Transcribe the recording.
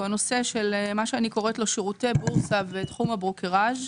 הנושא של שירותי בורסה ותחום הברוקראז'.